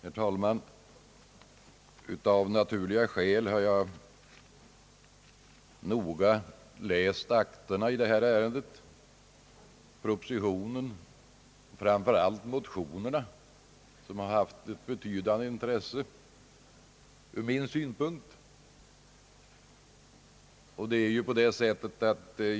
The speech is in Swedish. Herr talman! Av naturliga skäl har jag noga läst akterna i detta ärende — propositionen och framför allt motionerna, vilka är ytterst intressanta ur min synpunkt.